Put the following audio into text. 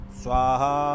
swaha